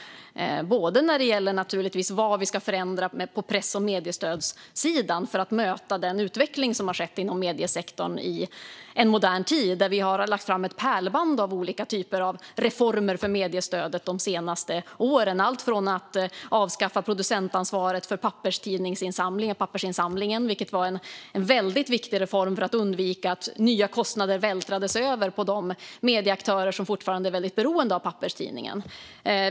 Det handlar naturligtvis om vad vi ska förändra på press och mediestödssidan för att möta den utveckling som har skett inom mediesektorn i modern tid. Vi har lagt fram ett pärlband av olika typer av reformer för mediestödet de senaste åren. Vi avskaffade producentansvaret för pappersinsamlingen, vilket var en väldigt viktig reform för att undvika att nya kostnader vältrades över på de medieaktörer som fortfarande är väldigt beroende av papperstidningen.